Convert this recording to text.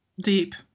Deep